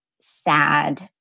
sad